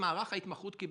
שמערך ההנחיה קיבל,